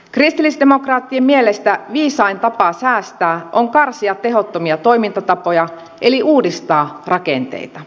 kristillisdemokraattien mielestä viisain tapa säästää on karsia tehottomia toimintatapoja eli uudistaa rakenteita